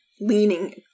leaning